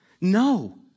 No